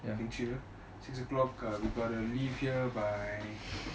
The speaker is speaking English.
you can chill six o'clock we got to leave here by